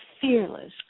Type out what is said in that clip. fearless